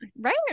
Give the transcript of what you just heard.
Right